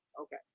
Okay